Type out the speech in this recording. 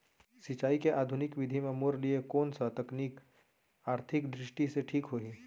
सिंचाई के आधुनिक विधि म मोर लिए कोन स तकनीक आर्थिक दृष्टि से ठीक होही?